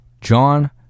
John